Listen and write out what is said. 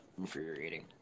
infuriating